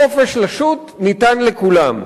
החופש לשוט ניתן לכולם.